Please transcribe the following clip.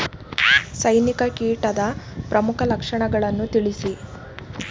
ಸೈನಿಕ ಕೀಟದ ಪ್ರಮುಖ ಲಕ್ಷಣಗಳನ್ನು ತಿಳಿಸಿ?